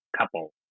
couple